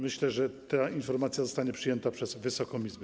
Myślę, że ta informacja zostanie przyjęta przez Wysoką Izbę.